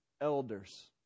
elders